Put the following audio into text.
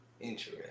Interesting